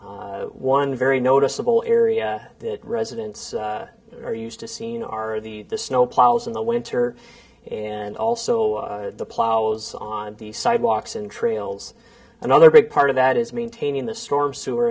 one very noticeable area that residents are used to seen are the snow plows in the winter and also the plows on the sidewalks and trails another big part of that is maintaining the storm sewer